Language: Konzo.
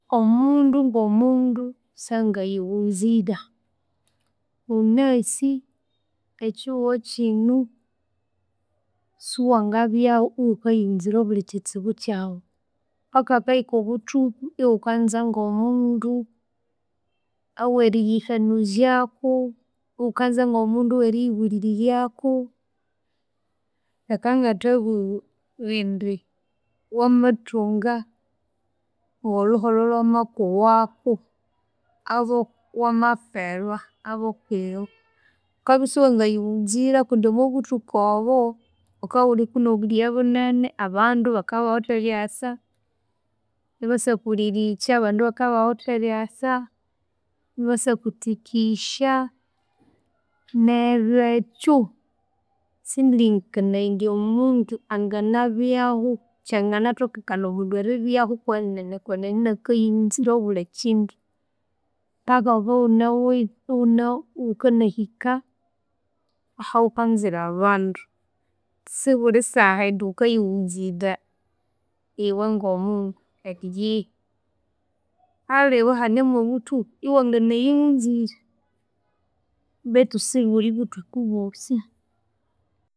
Omundu ngomundu syangayiwunzira, wunasi ekyihughu kyinu siwangabyahu iwukayiwunzira abuli kyitsibu kyawu. Paka hakahika obuthuku iwukanza ngomundu aweriyihanuzyaku, iwukanza ngomundu oweriyibuliriryaku, leka ngathabugha indi, wamathunga ngolhuholho lwamakuwaku obo wamaferwa abokwiwe, wukabya siwanga yiwunzira kundi omwabuthuku obo, wuka wuliko nobuliye bunene abandu bakabawithe neryasa ibasakulirikya. Abandu bakabawithe eryasa ibasa kutsikisya. Neryu ekyu sindi lengekanaya indi omundu anganabyahu kyanganathokekana omundu eribyahu kwenene kwenene akayiwunzira obuli kyindu. Paka wukabya iwunawithe, iwukanahika ahawukanzira abandu. Sibuli saha indi wukayighunzira iwengomundu eyihi. Aliwe hanemu obuthuku iwabya wangana yiwunzira bethu sibuli buthuku bwosi